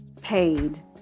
paid